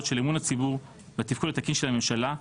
של אמון הציבור והתפקוד התקין של הממשלה,